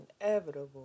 inevitable